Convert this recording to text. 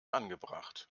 angebracht